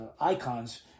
icons